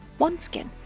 OneSkin